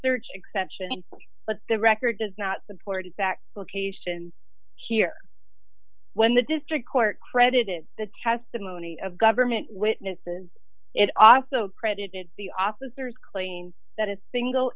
search exception but the record does not support exact location here when the district court credited the testimony of government witnesses it also credited the officers claiming that it's a single